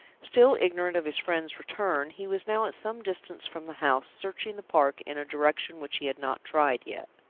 still ignorant of his friend's return, he was now at some distance from the house, searching the park in a direction which he had not tried yet.